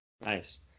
nice